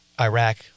Iraq